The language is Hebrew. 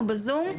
או בזום?